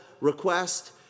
request